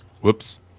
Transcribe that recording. Whoops